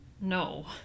No